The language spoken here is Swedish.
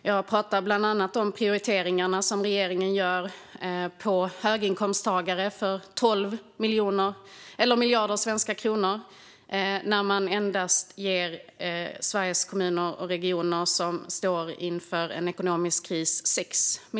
Jag pratar bland annat om att regeringen med 12 miljarder svenska kronor prioriterar höginkomsttagare men ger endast 6 miljarder kronor till Sveriges kommuner och regioner, som står inför en ekonomisk kris.